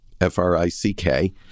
F-R-I-C-K